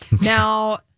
Now